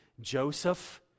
Joseph